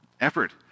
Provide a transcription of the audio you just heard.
effort